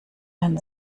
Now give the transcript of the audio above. ein